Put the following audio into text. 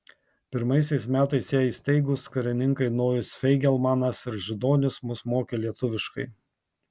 pirmaisiais metais ją įsteigus karininkai nojus feigelmanas ir židonis mus mokė lietuviškai